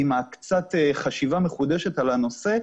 עם קצת חשיבה מחודשת על הנושא,